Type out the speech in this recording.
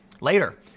Later